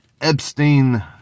Epstein